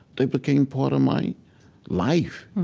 they became part of my life,